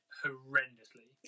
horrendously